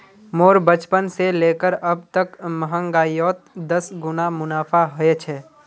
मोर बचपन से लेकर अब तक महंगाईयोत दस गुना मुनाफा होए छे